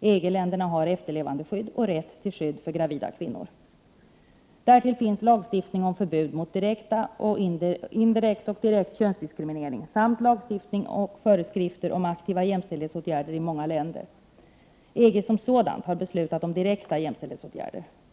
EG-länderna har efterlevandeskydd och rätt till skydd för gravida kvinnor. Dessutom finns det en lagstiftning om förbud mot indirekt och direkt könsdiskriminering samt lagstiftning och föreskrifter om aktiva jämställdhetsåtgärder i många länder. EG som sådant har beslutat om direkta jämställdhetsåtgärder.